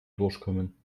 durchkommen